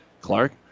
Clark